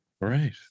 right